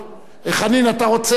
חנין, אתה רוצה?